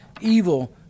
evil